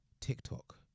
TikTok